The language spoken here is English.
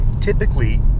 typically